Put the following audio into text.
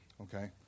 okay